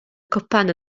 cwpan